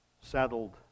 saddled